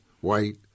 white